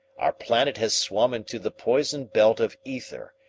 our planet has swum into the poison belt of ether,